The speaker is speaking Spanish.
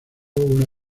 una